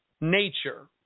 nature